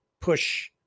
push